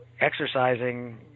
exercising